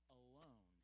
alone